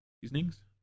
Seasonings